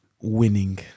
Winning